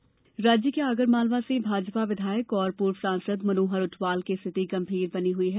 विधायक गंभीर राज्य के आगर मालवा से भाजपा विधायक व पूर्व सांसद मनोहर ऊंटवाल की रिथिति गंभीर बनी हुई है